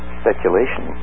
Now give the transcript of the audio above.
speculation